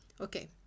Okay